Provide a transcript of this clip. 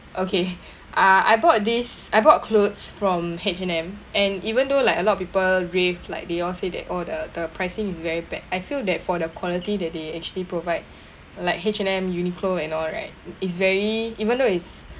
okay ah I bought this I bought clothes from H&M and even though like a lot of people rave like they all say that oh the the pricing is very bad I feel that for the quality that they actually provide like H&M Uniqlo and all right it's very even though it's